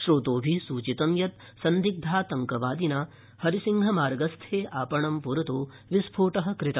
स्रोतोभिः सुचितं यत् सन्दिग्धा तड्कवादिना हरिसिंहमार्गस्थे आपणं प्रतो वस्फोटः कृतः